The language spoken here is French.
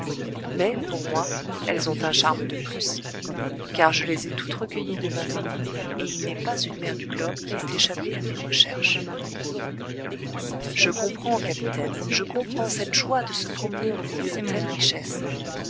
mais pour moi elles ont un charme de plus car je les ai toutes recueillies de ma main et il n'est pas une mer du globe qui ait échappé à mes recherches je comprends capitaine je comprends cette joie de se promener au milieu de telles richesses